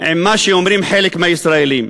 מה שאומרים חלק מהישראלים,